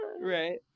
Right